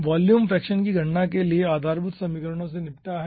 volume fraction की गणना के लिए आधारभूत समीकरणों से निपटा है